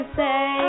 say